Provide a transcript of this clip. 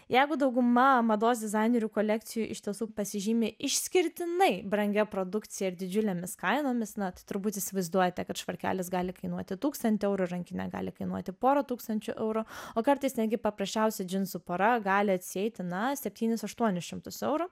jeigu dauguma mados dizainerių kolekcijų iš tiesų pasižymi išskirtinai brangia produkcija ir didžiulėmis kainomis na turbūt įsivaizduojate kad švarkelis gali kainuoti tūkstantį eurų rankinė gali kainuoti porą tūkstančių eurų o kartais netgi paprasčiausia džinsų pora gali atsieiti na septynis aštuonis šimtus eurų